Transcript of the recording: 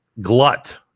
glut